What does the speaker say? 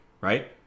right